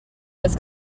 was